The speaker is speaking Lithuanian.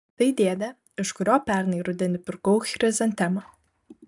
štai dėdė iš kurio pernai rudenį pirkau chrizantemą